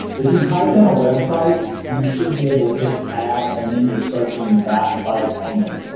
if you type in a website you should be able to hit tab and then you're searching that site only.